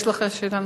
יש לך שאלה נוספת?